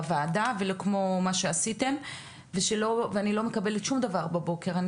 הוועדה ולא כמו מה ששלחתם ואני לא מקבלת שום דבר בבוקר הדיון.